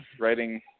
writing